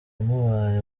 mubaye